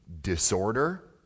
disorder